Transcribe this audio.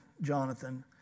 Jonathan